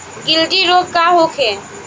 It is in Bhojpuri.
गिल्टी रोग का होखे?